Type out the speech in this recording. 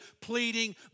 pleading